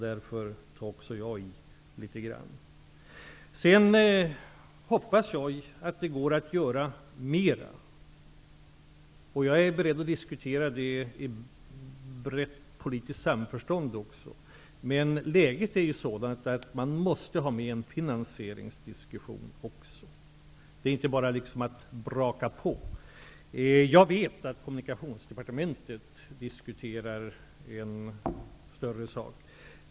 Därför tar också jag i litet grand. Jag hoppas att det går att göra mer. Jag är beredd att diskutera det i brett politiskt samförstånd. Men läget är sådant att man måste ha med en finansieringsdiskussion också. Det är inte bara att braka på. Jag vet att Kommunikationsdepartementet diskuterar en större sak.